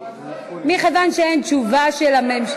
מכיוון שאין תשובה של הממשלה,